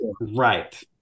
Right